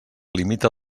limita